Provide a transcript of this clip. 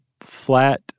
flat